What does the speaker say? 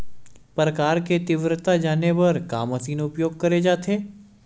प्रकाश कि तीव्रता जाने बर का मशीन उपयोग करे जाथे?